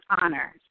Honor